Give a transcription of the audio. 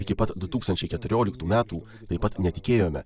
iki pat du tūkstančiai keturioliktų metų taip pat netikėjome